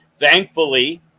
Thankfully